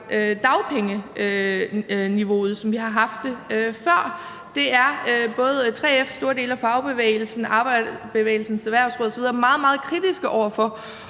dagpengeniveauet, som vi har haft det før, og det er både 3F, store dele af fagbevægelsen, Arbejderbevægelsens Erhvervsråd osv. meget, meget kritiske over for.